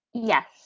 Yes